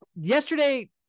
yesterday